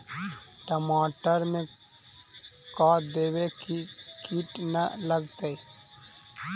टमाटर में का देबै कि किट न लगतै?